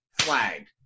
flagged